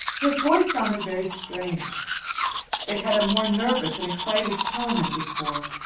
his voice sounded very strange it had a more nervous and excited tone than before.